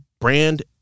brand